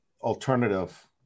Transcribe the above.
alternative